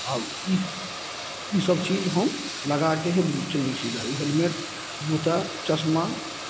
आब ई ई सब चीज हम लगाके ही चलबय छी गाड़ी हेलमेट जूता चश्मा